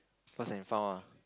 lost and found ah